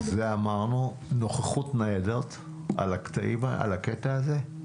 מה לגבי נוכחות ניידות בקטע הזה?